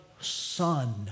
son